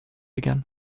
again